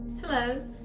Hello